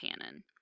tannin